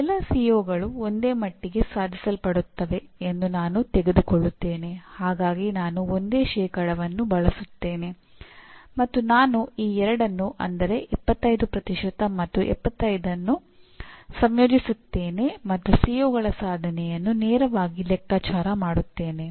ಎಲ್ಲಾ ಸಿಒಗಳು ಸಾಧನೆಯನ್ನು ನೇರವಾಗಿ ಲೆಕ್ಕಾಚಾರ ಮಾಡುತ್ತೇನೆ